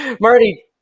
Marty